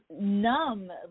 numb